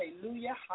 hallelujah